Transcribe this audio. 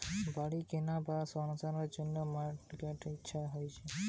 বাড়ি কেনার বা সারানোর জন্যে মর্টগেজ লিয়া হচ্ছে